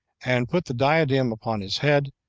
and put the diadem upon his head,